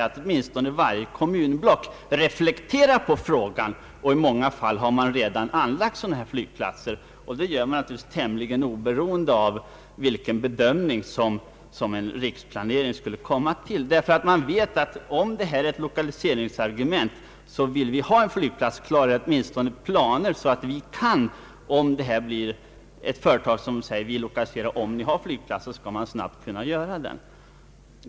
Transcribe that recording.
Åtminstone varje kommunblock reflekterar nog på att anlägga en dylik flygplats, och i många fall har det redan gjorts. Kommunerna gör naturligtvis detta tämligen oberoende av vilken bedömning en rikspla nering skulle komma att göra. Om detta blir ett lokaliseringsargument vill man ha en flygplats klar, eller åtminstone färdiga planer. Om ett företag vill ha tillgång till en flygplats vill kommunen snabbt kunna få fram den.